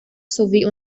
sowie